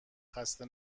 خسته